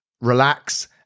relax